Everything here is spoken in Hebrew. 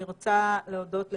אני רוצה להודות לך,